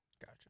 Gotcha